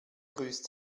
grüßt